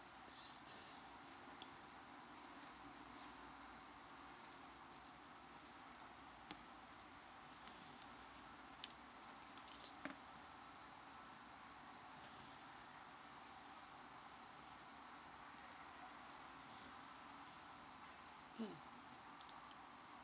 mmhmm